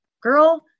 girl